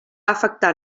afectar